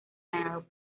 ganado